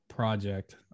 project